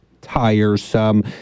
tiresome